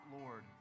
Lord